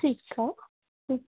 ठीकु आहे